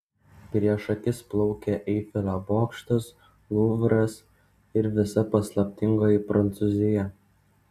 prieš akis plaukė eifelio bokštas luvras ir visa paslaptingoji prancūzija